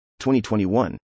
2021